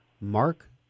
Mark